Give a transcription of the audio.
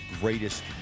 greatest